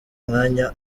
mwanya